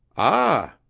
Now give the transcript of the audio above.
ah!